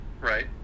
Right